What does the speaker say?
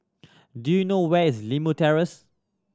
do you know where is Limau Terrace